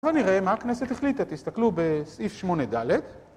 בוא נראה מה הכנסת החליטה. תסתכלו בסעיף שמונה ד'